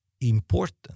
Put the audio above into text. important